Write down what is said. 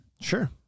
Sure